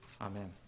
Amen